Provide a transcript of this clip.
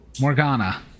Morgana